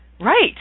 Right